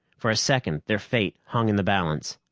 for a second their fate hung in the balance.